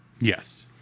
Yes